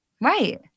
Right